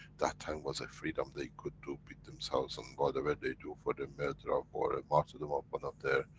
that time was a freedom, they could do, beat themselves, and whatever they do for the murder of, or and martyrdom of one of their.